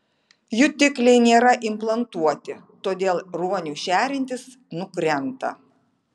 jutikliai nėra implantuoti todėl ruoniui šeriantis nukrenta